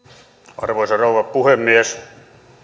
arvoisa rouva puhemies